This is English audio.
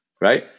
right